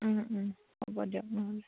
ও ও হ'ব দিয়ক